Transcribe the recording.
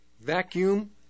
vacuum